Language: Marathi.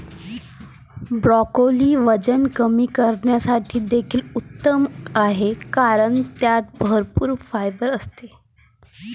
ब्रोकोली वजन कमी करण्यासाठी देखील उत्तम आहे कारण त्यात भरपूर फायबर असते